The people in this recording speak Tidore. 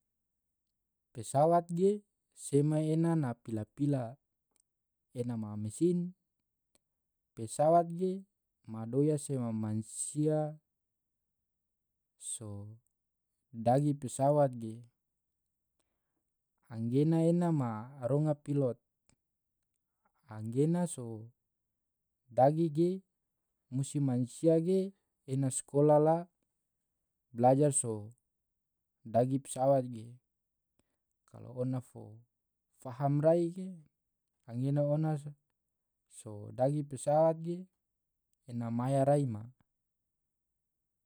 pesawat ge sema ena ma pila-pila ena ma mesin pesawat ge madoya sema mansia so dagi pesawat ge anggena ena ma ronga pilot anggena so dagi ge musti mansia ge ena skola la blajar so dagi pesawat ge, kalo ona fo faham rai ge anggena ena so dagi pesawat ge ena maya rai ma.